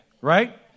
right